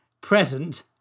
present